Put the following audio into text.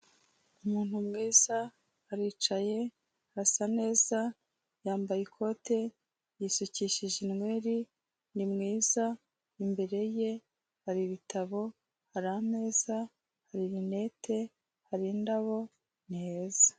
Umuntu mwiza aricaye arasa neza, yambaye ikote, yisukishije inweri, ni mwiza, imbere ye hari ibitabo, hari ameza, hari rinete hari indabo ni heza.